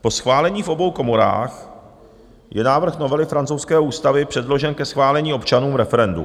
Po schválení v obou komorách je návrh novely francouzské ústavy předložen ke schválení občanům v referendu.